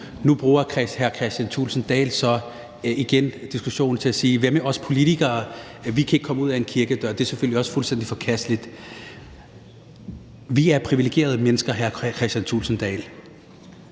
Nu bruger hr. Kristian Thulesen Dahl så igen diskussionen til at sige: Hvad med os politikere – vi kan ikke komme ud ad en kirkedør? Det er selvfølgelig også fuldstændig forkasteligt. Vi er privilegerede mennesker, hr. Kristian Thulesen Dahl.